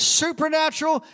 supernatural